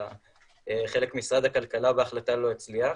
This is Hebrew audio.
שחלק משרד הכלכלה בהחלטה לא הצליח.